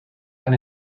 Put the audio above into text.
han